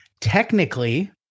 technically